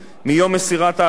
תישלל זכאותם,